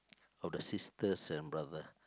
of the sisters and brother